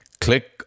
Click